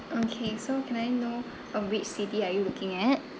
okay so can I know um which city are you looking at